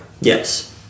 Yes